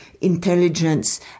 intelligence